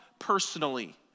personally